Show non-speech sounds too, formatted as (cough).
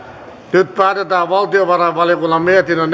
nyt päätetään valtiovarainvaliokunnan mietinnön (unintelligible)